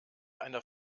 einer